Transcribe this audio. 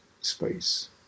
space